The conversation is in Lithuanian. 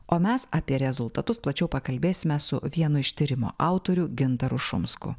o mes apie rezultatus plačiau pakalbėsime su vienu iš tyrimo autorių gintaru šumsku